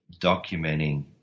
documenting